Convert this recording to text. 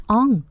on